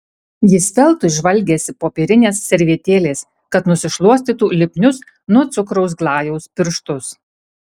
jis veltui žvalgėsi popierinės servetėlės kad nusišluostytų lipnius nuo cukraus glajaus pirštus